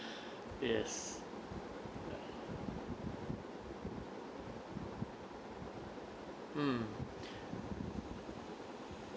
yes mm